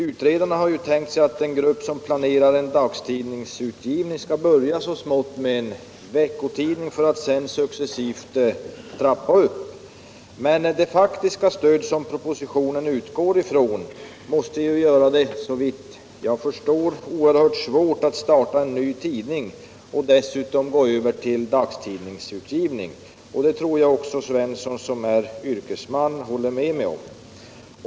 Utredarna har tänkt sig att en grupp som planerar en dagstidningsutgivning skall börja så smått med en veckotidning för att sedan successivt trappa upp. Men det faktiska stöd som propositionen utgår från måste, såvitt jag förstår, göra det oerhört svårt att starta en ny tidning och dessutom gå över till dagstidningsutgivning. Det tror jag också herr Svensson i Eskilstuna, som är yrkesman, håller med mig om.